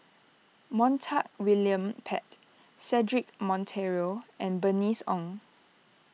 Montague William Pett Cedric Monteiro and Bernice Ong